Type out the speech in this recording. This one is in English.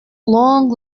long